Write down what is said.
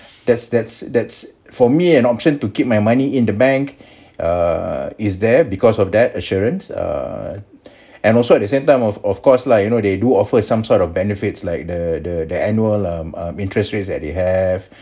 that's that's that's for me an option to keep my money in the bank err is there because of that assurance err and also at the same time of of course lah you know they do offer some sort of benefits like the the the annual um um interest rates that they have